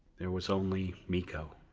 there was only miko.